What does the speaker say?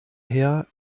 herr